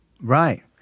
Right